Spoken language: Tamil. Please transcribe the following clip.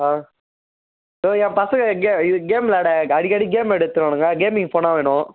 ஆ தோ என் பசங்க கே இது கேம் வெளாட அடிக்கடி கேம் எடுத்துடுவானுங்க கேமிங் ஃபோனாக வேணும்